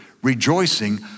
Rejoicing